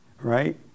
right